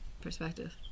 perspective